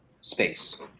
space